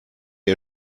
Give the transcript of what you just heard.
ihr